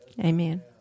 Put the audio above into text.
Amen